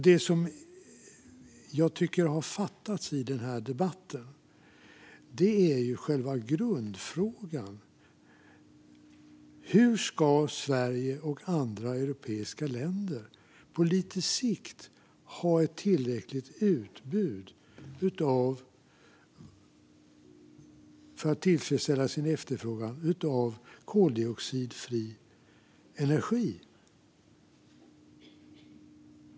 Det som jag tycker har fattats i debatten är själva grundfrågan, nämligen hur Sverige och andra europeiska länder på sikt ska ha ett tillräckligt utbud av koldioxidfri energi som kan tillfredsställa efterfrågan.